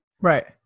right